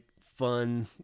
fun